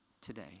today